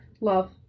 Love